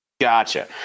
Gotcha